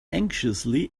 anxiously